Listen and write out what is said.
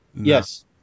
Yes